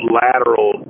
lateral